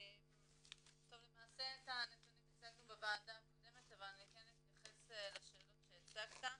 את הנתונים הצגנו בוועדה הקודמת אבל כן אתייחס לשאלות שהצגת.